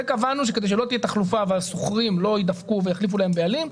זה קבענו כדי שלא תהיה תחלופה והשוכרים לא יידפקו ויחליפו להם בעלים.